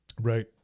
Right